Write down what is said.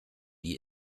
die